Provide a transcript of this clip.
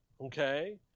Okay